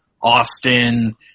Austin